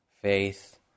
faith